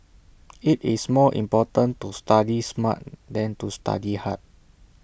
IT is more important to study smart than to study hard